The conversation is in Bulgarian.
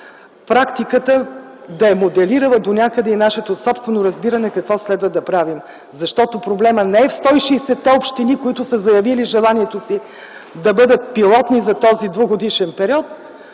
практиката да е моделирала донякъде и нашето собствено разбиране какво следва да правим. Защото проблемът не е в 160-те общини, които са заявили желанието си да бъдат пилотни за този двугодишен период.